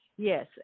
Yes